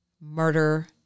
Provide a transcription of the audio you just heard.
murder